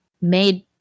made